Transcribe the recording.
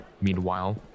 Meanwhile